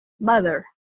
mother